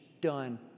Done